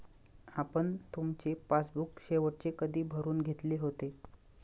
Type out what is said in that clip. आपण तुमचे पासबुक शेवटचे कधी भरून घेतले होते?